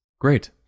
Great